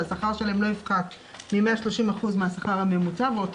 שהשכר שלהם לא יפחת מ-130% מהשכר הממוצע ואותו